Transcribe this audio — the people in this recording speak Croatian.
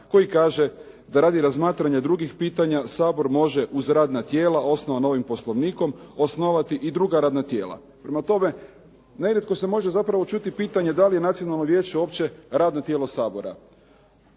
koji kaže da radi razmatranja drugih pitanja Sabor može, uz radna tijela osnovana ovim Poslovnikom, osnovati i druga radna tijela. Prema tome, nerijetko se može zapravo čuti pitanje da li je Nacionalno vijeće uopće radno tijelo Sabora,